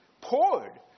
poured